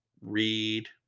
read